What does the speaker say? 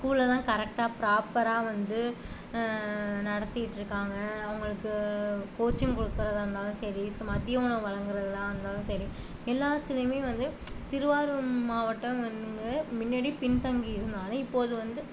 ஸ்கூலை எல்லாம் கரைக்ட்டாக ப்ராப்பராக வந்து நடத்திக்கிட்டு இருக்காங்க அவர்களுக்கு கோச்சிங் கொடுக்கிறதா இருந்தாலும் சரி மத்திய உணவு வழங்கறதாக இருந்தாலும் சரி எல்லாத்திலையுமே வந்து திருவாரூர் மாவட்டம் வந்து முன்னாடி பின்தங்கி இருந்தாலும் இப்போது வந்து